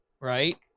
right